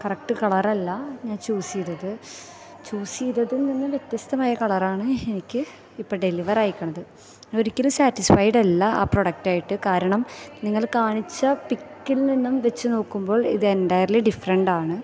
correct കളറല്ല ഞാന് choose ചെയ്തത് ചൂസ് ചെയ്തതില്നിന്ന് വ്യത്യസ്തമായ കളറാണ് എനിക്ക് ഇപ്പോൾ ഡെലിവറായി ഇരിക്കുന്നത് ഒരിക്കലും സാറ്റിസ്ഫൈഡ് അല്ല ആ പ്രോഡക്റ്റായിട്ട് കാരണം നിങ്ങള് കാണിച്ച പിക്കില് നിന്നും വെച്ച് നോക്കുമ്പോള് ഇത് എന്റയര്ളി ഡിഫ്രന്റ് ആണ്